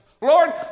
Lord